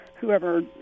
whoever